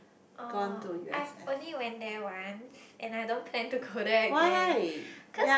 oh I only went there once and I don't plan to go there again cause